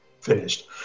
finished